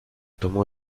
tomó